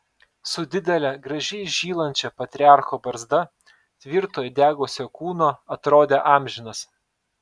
su didele gražiai žylančia patriarcho barzda tvirto įdegusio kūno atrodė amžinas